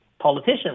politician